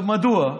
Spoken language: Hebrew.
עכשיו, מדוע?